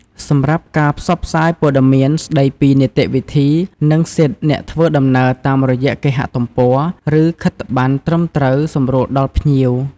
សម្រាប់ការផ្សព្វផ្សាយព័ត៌មានស្តីពីនីតិវិធី និងសិទ្ធិអ្នកធ្វើដំណើរតាមរយៈគេហទំព័រ ឬខិត្តប័ណ្ណត្រឹមត្រូវសម្រួលដល់ភ្ញៀវ។